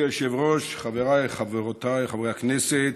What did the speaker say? אדוני היושב-ראש, חבריי חברי הכנסת,